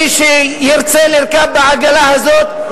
מי שירצה לרכוב בעגלה הזאת,